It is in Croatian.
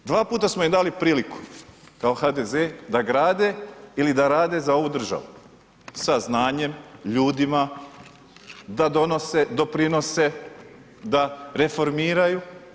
Dva puta smo im dali priliku kao HDZ-e da grade ili da rade za ovu državu sa znanjem, ljudima, da donose, doprinose, da reformiraju.